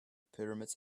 pyramids